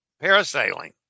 parasailing